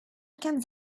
cans